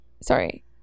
sorry